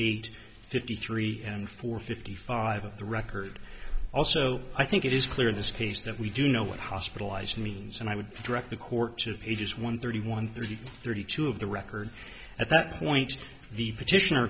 eight fifty three and four fifty five of the record also i think it is clear in this case that we do know what hospitalized means and i would direct the court to pages one thirty one thirty thirty two of the record at that point the petition